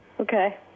Okay